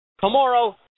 tomorrow